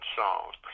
songs